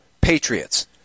patriots